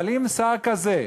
אבל אם שר כזה,